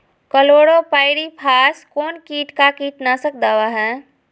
Chlorpyrifos कौन किट का कीटनाशक दवा है?